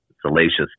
salacious